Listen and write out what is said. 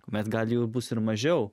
bet gal jų bus ir mažiau